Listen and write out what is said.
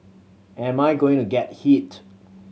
am I going to get hit